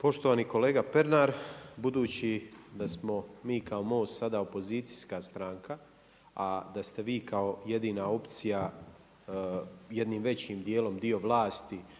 Poštovani kolega Pernar, budući da smo mi kao MOST sada opozicijska stranka, a da ste vi kao jedina opcija jednim većim dijelom dio vlasti,